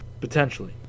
Potentially